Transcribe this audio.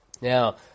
Now